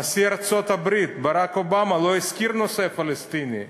נשיא ארצות-הברית ברק אובמה לא הזכיר את הנושא הפלסטיני.